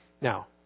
Now